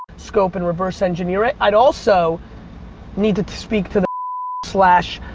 scope and reverse engineer it. i'd also need to to speak to the slash